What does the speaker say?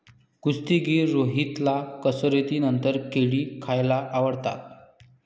कुस्तीगीर रोहितला कसरतीनंतर केळी खायला आवडतात